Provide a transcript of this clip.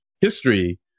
history